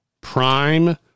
prime